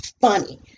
funny